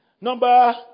Number